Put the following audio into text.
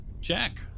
Jack